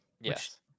Yes